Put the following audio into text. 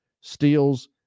steals